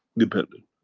dependent